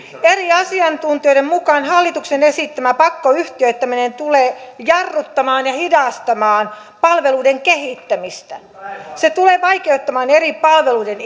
eri asiantuntijoiden mukaan hallituksen esittämä pakkoyhtiöittäminen tulee jarruttamaan ja hidastamaan palveluiden kehittämistä se tulee vaikeuttamaan eri palveluiden